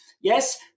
yes